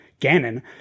Ganon